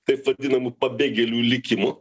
taip vadinamų pabėgėlių likimo